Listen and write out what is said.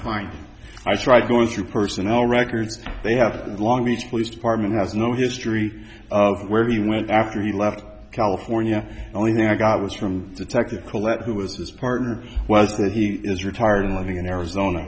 fine i tried going through personnel records they have long beach police department has no history of where he went after he left california only thing i got was from detective collette who was his partner was that he is retired and living in arizona